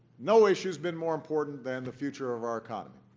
no issue has been more important than the future of our economy.